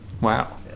Wow